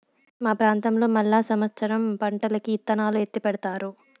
మా ప్రాంతంలో మళ్ళా సమత్సరం పంటకి ఇత్తనాలు ఎత్తిపెడతారు